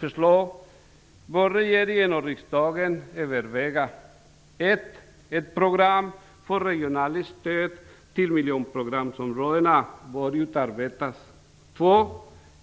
förslag bör regeringen och riksdagen överväga: 1. Ett program för regionalt stöd till miljonprogramsområdena bör utarbetas. 2.